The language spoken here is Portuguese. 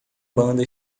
banda